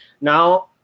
Now